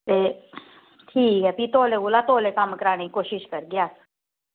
ते ठीक ऐ भी तौले कोला तौले कम्म कराने दी कोशश करगे अस